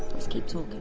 let's keep talking.